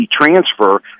transfer